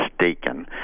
mistaken